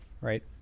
right